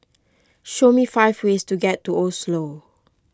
show me five ways to get to Oslo